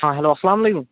ہاں ہیٚلو اسلام علیکُم